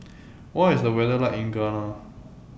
What IS The weather like in Ghana